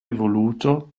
voluto